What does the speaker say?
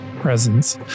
presence